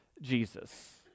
Jesus